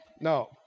no